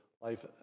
life